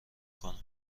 کنم